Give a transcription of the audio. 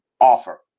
offer